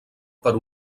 per